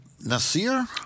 Nasir